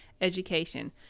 Education